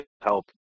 help